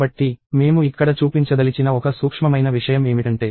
కాబట్టి మేము ఇక్కడ చూపించదలిచిన ఒక సూక్ష్మమైన విషయం ఏమిటంటే